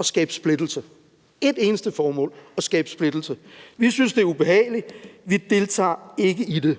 at skabe splittelse. Der er ét eneste formål: at skabe splittelse. Vi synes, det er ubehageligt; vi deltager ikke i det.